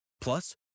Plus